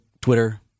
Twitter